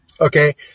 Okay